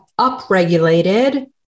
upregulated